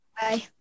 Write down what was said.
Bye